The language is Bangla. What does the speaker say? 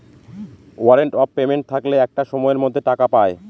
ওয়ারেন্ট অফ পেমেন্ট থাকলে একটা সময়ের মধ্যে টাকা পায়